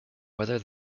whether